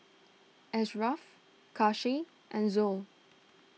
Ashraf Kasih and Zul